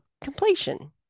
completion